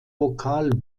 vokal